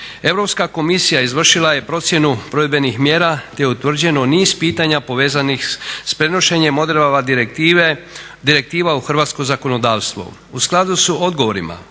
Europska komisija izvršila je procjenu provedbenih mjera te je utvrđeno niz pitanja povezanih s prenošenjem odredaba direktiva u hrvatsko zakonodavstvo. U skladu s odgovorima